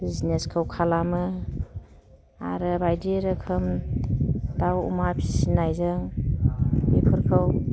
बिजिनेसखौ खालामो आरो बायदि रोखोम दाउ अमा फिसिनायजों बेफोरखौ